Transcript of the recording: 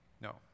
No